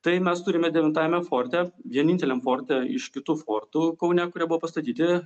tai mes turime devintajame forte vieninteliam forte iš kitų fortų kaune kurie buvo pastatyti